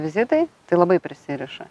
vizitai tai labai prisiriša